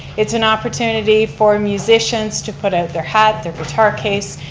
it's an opportunity for musicians to put out their hat, their guitar case,